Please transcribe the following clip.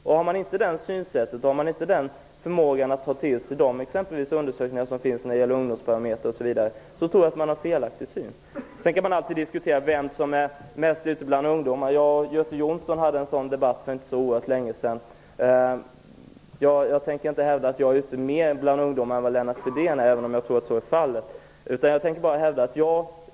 Om man inte har förmåga att ta till sig de undersökningar som finns, Ungdomsbarometern osv, då tror jag att man har ett felaktigt synsätt. Sedan kan man alltid diskutera vem som är mest ute bland ungdomar. Göte Jonsson och jag hade en sådan debatt för inte så länge sedan. Jag tänker inte hävda att jag är ute bland ungdomar mer än vad Lennart Fridén är, även om jag tror att så är fallet.